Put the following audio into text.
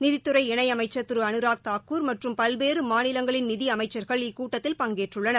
நிதித்துறை இணை அமைச்சர் திரு அனராக் தாக்கூர் மற்றும் பல்வேறு மாநிலங்களின் நிதி அமைச்சர்கள் இக்கூட்டத்தில் பங்கேற்றுள்ளனர்